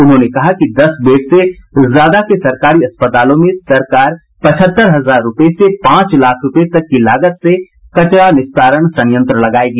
उन्होंने कहा कि इस बेड से ज्यादा के सरकारी अस्पतालों में सरकार पचहत्तर हजार रूपये से पांच लाख रूपये तक की लागत से कचरा निस्तारण संयंत्र लगायेगी